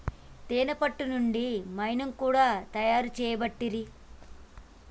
తేనే పట్టు నుండి మైనం కూడా తయారు చేయబట్టిరి